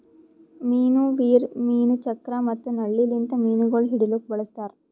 ಮೀನು ವೀರ್, ಮೀನು ಚಕ್ರ ಮತ್ತ ನಳ್ಳಿ ಲಿಂತ್ ಮೀನುಗೊಳ್ ಹಿಡಿಲುಕ್ ಬಳಸ್ತಾರ್